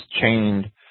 chained